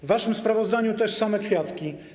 W waszym sprawozdaniu też są same kwiatki.